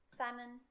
simon